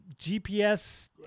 GPS